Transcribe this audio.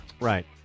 Right